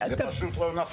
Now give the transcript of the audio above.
זה פשוט לא נכון.